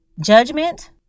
judgment